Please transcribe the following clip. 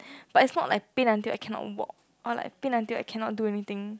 but it's not like pain until I cannot walk or like pain until I cannot do anything